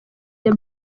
the